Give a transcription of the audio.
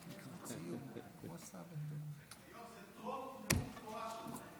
היום זה טרום נאום הבכורה שלו.